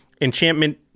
Enchantment